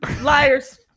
liars